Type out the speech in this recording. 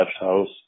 house